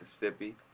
Mississippi